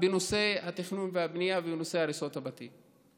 בנושא התכנון והבנייה ובנושא הריסות הבתים.